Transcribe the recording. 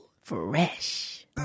Fresh